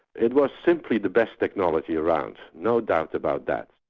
it was simply the best technology around. no doubt about that.